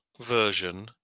version